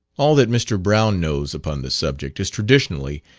all that mr. brown knows upon the subject is traditionally,